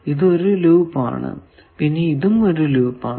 ഇത് ഒരു ലൂപ്പ് ആണ് പിന്നെ ഇതും ഒരു ലൂപ്പ് ആണ്